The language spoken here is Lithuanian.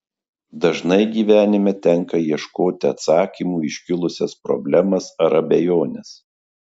dažnai gyvenime tenka ieškoti atsakymų į iškilusias problemas ar abejones